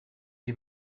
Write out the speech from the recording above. die